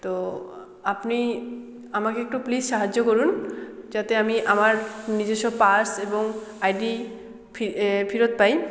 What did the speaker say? তো আপনি আমাকে একটু প্লিজ সাহায্য করুন যাতে আমি আমার নিজস্ব পার্স এবং আই ডি ফে ফিরত পাই